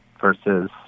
versus